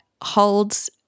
holds